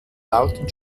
lauten